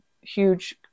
huge